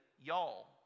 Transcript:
y'all